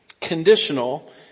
conditional